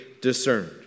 discerned